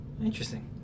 Interesting